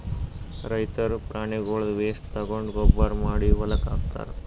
ರೈತರ್ ಪ್ರಾಣಿಗಳ್ದ್ ವೇಸ್ಟ್ ತಗೊಂಡ್ ಗೊಬ್ಬರ್ ಮಾಡಿ ಹೊಲಕ್ಕ್ ಹಾಕ್ತಾರ್